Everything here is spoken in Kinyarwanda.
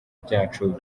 byacu